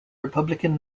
republican